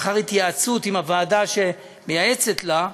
לאחר התייעצות עם הוועדה שמייעצת לה,